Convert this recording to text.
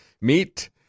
meet